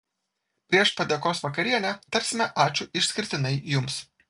prieš padėkos vakarienę tarsime ačiū išskirtinai jums